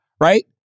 Right